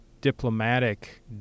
diplomatic